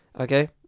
Okay